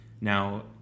now